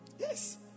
Yes